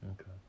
Okay